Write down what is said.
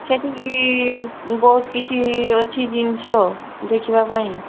ସେଇଠି ବହୁତ କିଛି ଅଛି ଜିନଷ ଦେଖିବା ପାଇଁ